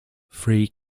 free